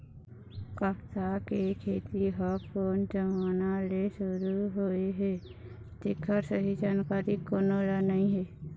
कपसा के खेती ह कोन जमाना ले सुरू होए हे तेखर सही जानकारी कोनो ल नइ हे